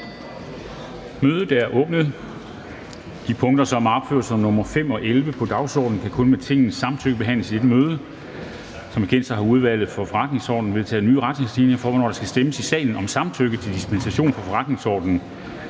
Kristensen): De punkter, som er opført som nr. 5 og nr. 11 på dagsordenen, kan kun med Tingets samtykke behandles i dette møde. Som bekendt har Udvalget for Forretningsordenen vedtaget nye retningslinjer for, hvornår der skal stemmes i salen om samtykke til dispensation fra forretningsordenen.